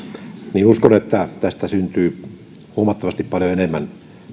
uskon että tästä syntyy huomattavasti paljon enemmän